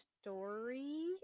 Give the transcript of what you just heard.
story